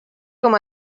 com